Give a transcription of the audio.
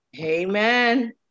Amen